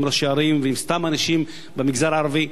ראשי ערים ועם סתם אנשים במגזר הערבי,